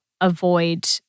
avoid